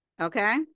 Okay